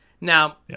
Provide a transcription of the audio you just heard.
Now